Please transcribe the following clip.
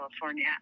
California